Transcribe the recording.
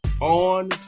on